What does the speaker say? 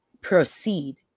proceed